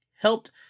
helped